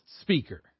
speaker